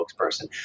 spokesperson